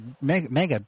mega